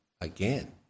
again